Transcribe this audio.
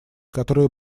которые